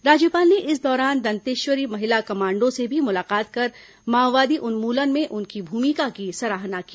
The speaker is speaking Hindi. राज्यपाल ने इस दौरान दंतेश्वरी महिला कमांडों से भी मुलाकात कर माओवादी उन्मुलन में उनकी भूमिका की सराहना की